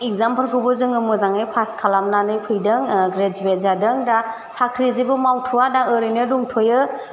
इगजामफोरखौबो जोङो मोजाङै पास खालामनानै फैदों ग्रेजुयेद जादों दा साख्रि जेबो मावथवा दा ओरैनो दंथ'यो